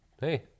Hey